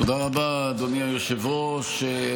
תודה רבה, אדוני היושב-ראש.